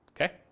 Okay